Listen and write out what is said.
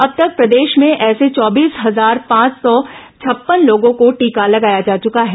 अब तक प्रदेश में ऐसे चौबीस हजार पांच सौ छप्पन लोगों को टीका लगाया जा चुका है